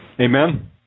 Amen